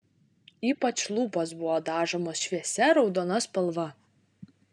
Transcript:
ypač lūpos buvo dažomos šviesia raudona spalva